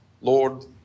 Lord